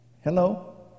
Hello